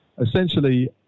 essentially